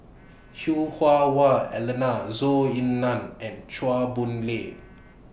Hah Wah Elena Zhou Ying NAN and Chua Boon Lay